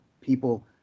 people